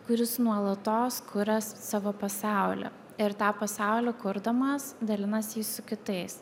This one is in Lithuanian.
kuris nuolatos kuria s savo pasaulį ir tą pasaulį kurdamas dalinasi jį su kitais